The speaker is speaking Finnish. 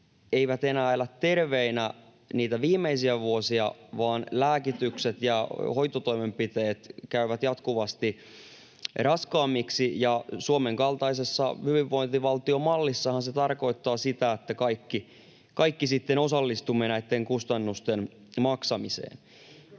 eivät enää elä terveinä niitä viimeisiä vuosia, vaan lääkitykset ja hoitotoimenpiteet käyvät jatkuvasti raskaammiksi. Ja Suomen kaltaisessa hyvinvointivaltiomallissahan se tarkoittaa sitä, että kaikki sitten osallistumme näitten kustannusten maksamiseen.